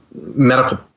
medical